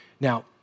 Now